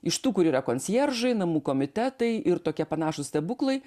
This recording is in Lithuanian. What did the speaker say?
iš tų kur yra konsjeržai namų komitetai ir tokie panašūs stebuklai